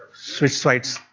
switch sides.